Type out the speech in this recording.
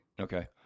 Okay